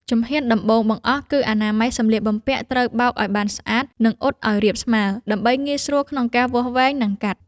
ជំហានដំបូងបង្អស់គឺអនាម័យសម្លៀកបំពាក់ត្រូវបោកឱ្យបានស្អាត និងអ៊ុតឱ្យរាបស្មើ ដើម្បីងាយស្រួលក្នុងការវាស់វែង និងកាត់។